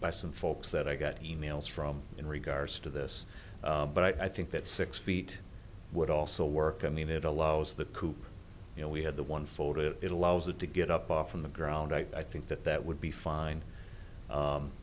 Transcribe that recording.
by some folks that i got e mails from in regards to this but i think that six feet would also work i mean it allows the coop you know we had the one photo it allows it to get up off from the ground i think that that would be fine